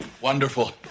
Wonderful